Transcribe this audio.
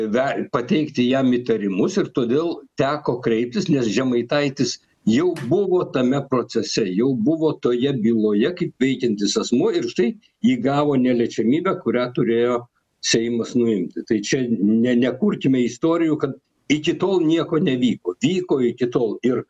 ver pateikti jam įtarimus ir todėl teko kreiptis nes žemaitaitis jau buvo tame procese jau buvo toje byloje kaip veikiantis asmuo ir štai įgavo neliečiamybę kurią turėjo seimas nuimti tai čia ne nekurkime istorijų kad iki tol nieko nevyko vyko iki tol ir